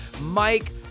Mike